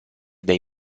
dai